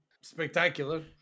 spectacular